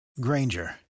Granger